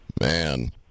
Man